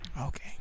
Okay